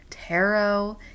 tarot